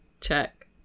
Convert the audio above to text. check